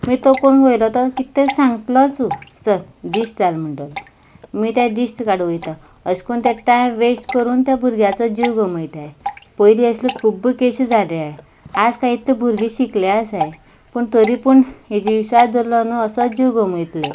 मागी तो कोण वयलो तो किदें तें सांगतलोच चल दिश्ट जालां म्हणटलो मागी ते दिश्ट काडूं वयता अशें करून ते टायम वेस्ट करून त्या भुरग्याचो जीव गमयताय पयलीं असल्यो खुब्ब केसी जाल्या आज इतले भुरगे शिकले आसाय पूण तरी पूण हेजे विश्वास दवरलो न्हू असो जीव गमयतले